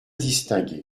distingué